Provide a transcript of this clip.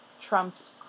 Trump's